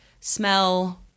smell